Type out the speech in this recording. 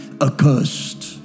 accursed